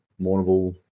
Mournable